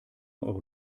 eure